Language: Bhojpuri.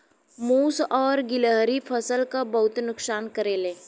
मुस और गिलहरी फसल क बहुत नुकसान करेले